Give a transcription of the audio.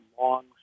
long